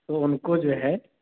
تو اُن کو جو ہے